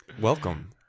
welcome